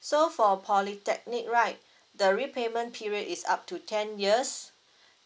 so for polytechnic right the repayment period is up to ten years